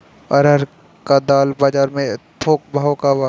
अरहर क दाल बजार में थोक भाव का बा?